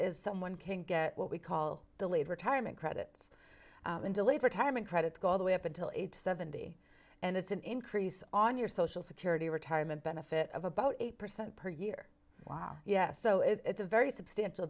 is someone can get what we call delayed retirement credits and deliver time in credits go all the way up until age seventy and it's an increase on your social security retirement benefit of about eight percent per year while yes so it's a very substantial